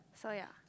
so ya